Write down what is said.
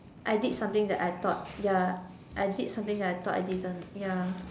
I did something that I thought ya I did something that I thought I didn't ya